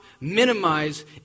minimize